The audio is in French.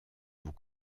vous